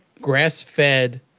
grass-fed